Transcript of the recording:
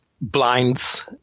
blinds